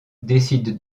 décide